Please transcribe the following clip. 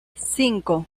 cinco